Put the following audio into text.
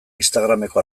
instagrameko